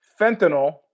fentanyl